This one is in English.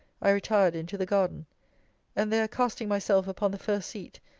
i retired into the garden and there casting myself upon the first seat,